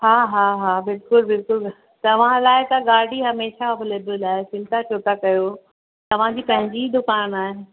हा हा हा बिल्कुलु बिल्कुलु तव्हां लाइ त गाॾी हमेशह अवेलेबल आहे चिंता छो था कयो तव्हांजी पंहिंजी दुकान आहे